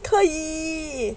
不可以